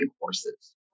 courses